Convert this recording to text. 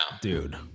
Dude